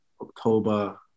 October